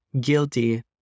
guilty